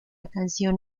canción